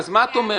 אז מה את אומרת?